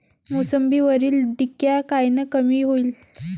मोसंबीवरील डिक्या कायनं कमी होईल?